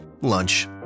Lunch